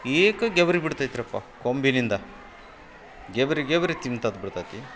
ಏಕ ಗೆಬರಿ ಬಿಡ್ತೈತ್ರಪ್ಪ ಕೊಂಬಿನಿಂದ ಗೆಬರಿ ಗೆಬರಿ ತಿಂತದೆ ಬಿಡ್ತೈತಿ